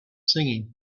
singing